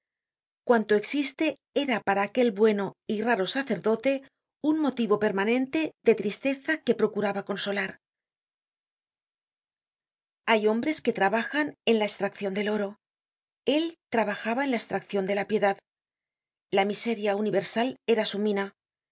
cuanto existe era para aquel bueno y raro sacerdote un motivo permanente de tristeza que procuraba consolar content from google book search generated at hay hombres que trabajan en la estraccion del oro él trabajaba en laestraccion de la piedad la miseria universal era su mina